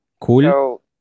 Cool